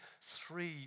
three